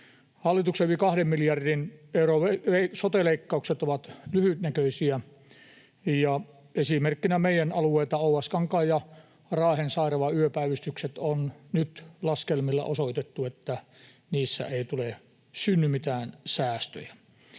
hallituksen yli kahden miljardin euron sote-leikkaukset ovat lyhytnäköisiä. Esimerkkinä meidän alueeltamme Oulaskankaan ja Raahen sairaalan yöpäivystyksistä on nyt laskelmilla osoitettu, että niistä ei synny mitään säästöjä.